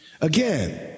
again